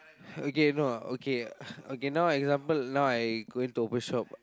okay no okay okay now example now I going to open shop